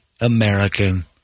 American